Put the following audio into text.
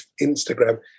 Instagram